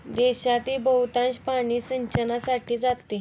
देशातील बहुतांश पाणी सिंचनासाठी जाते